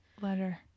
letter